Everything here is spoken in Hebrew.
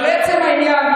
אבל לעצם העניין,